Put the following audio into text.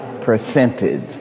percentage